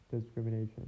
discrimination